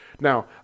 Now